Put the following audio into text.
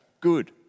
good